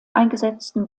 eingesetzten